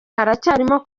haracyarimo